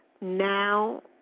now